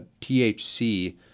THC